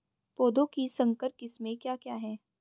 पौधों की संकर किस्में क्या क्या हैं?